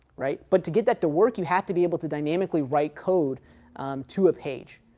right. but to get that to work you have to be able to dynamically write code to a page.